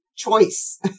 choice